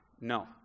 no